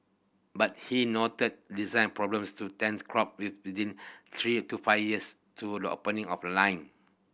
but he noted design problems to tends crop with within three to five years to the opening of a line